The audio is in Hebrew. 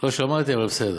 לא שמעתי, אבל בסדר.